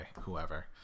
whoever